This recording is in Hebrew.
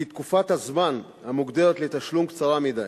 כי תקופת הזמן המוגדרת לתשלום קצרה מדי.